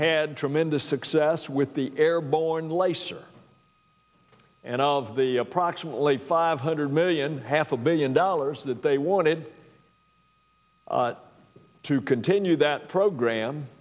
had tremendous success with the airborne laser and all of the approximately five hundred million half a billion dollars that they wanted to continue that program